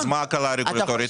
אז מה ההקלה הרגולטורית?